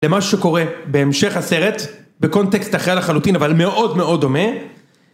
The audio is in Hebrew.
למה שקורה בהמשך הסרט בקונטקסט אחר לחלוטין אבל מאוד מאוד דומה